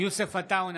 יוסף עטאונה,